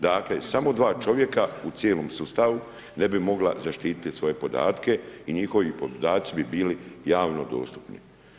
Dakle, samo 2 čovjeka u cijelom sustavu, ne bi mogla zaštiti svoje podatke i njihovi podaci bi bili javno dostupni.